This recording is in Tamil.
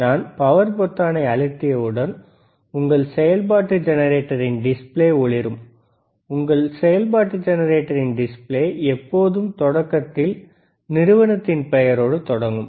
நான் பவர் பொத்தானை அழுத்தியவுடன் உங்கள் செயல்பாடு ஜெனரேட்டரின் டிஸ்பிளே ஒளிரும் உங்கள் செயல்பாட்டு ஜெனரேட்டரின் டிஸ்ப்ளே எப்பொழுதும் தொடக்கத்தில் நிறுவனத்தின் பெயரோடு தொடங்கும்